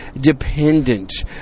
dependent